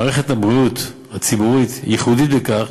מערכת הבריאות הציבורית ייחודית בכך